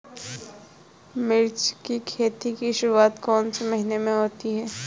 मिर्च की खेती की शुरूआत कौन से महीने में होती है?